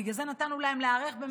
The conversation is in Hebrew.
בגלל זה נתנו להם להיערך במשך שנה,